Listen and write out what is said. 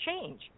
change